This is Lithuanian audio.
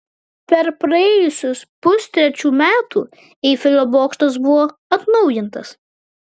per praėjusius pustrečių metų eifelio bokštas buvo atnaujintas